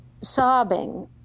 sobbing